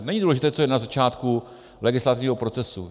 Není důležité, co je na začátku legislativního procesu.